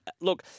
Look